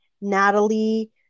Natalie